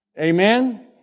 Amen